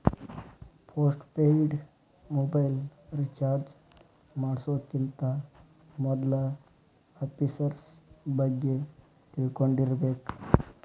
post paid mobile recharge ಮಾಡ್ಸೋಕ್ಕಿಂತ ಮೊದ್ಲಾ offers ಬಗ್ಗೆ ತಿಳ್ಕೊಂಡಿರ್ಬೇಕ್